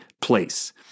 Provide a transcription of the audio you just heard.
place